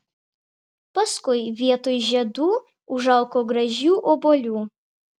paskui vietoj žiedų užaugo gražių obuolių